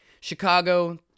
Chicago